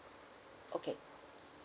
okay